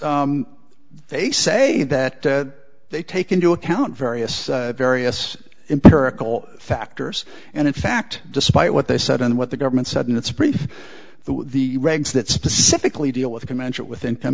regs they say that they take into account various various empirical factors and in fact despite what they said and what the government said and it's pretty the the regs that specifically deal with commensurate with income